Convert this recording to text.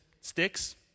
sticks